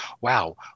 wow